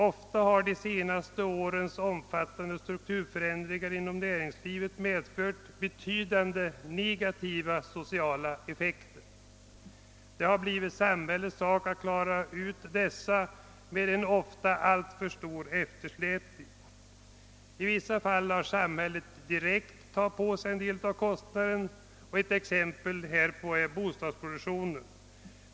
Ofta har de senaste årens omfattande strukturförändringar inom näringslivet medfört betydände negativa sociala effekter. Det har blivit samhällets sak att klara ut dessa — med en ofta alltför stor ' eftersläpning. «I vissa fall har samhället direkt tagit på sig en del av kosinaden. Ett exempel härpå är bostadsproduktionen.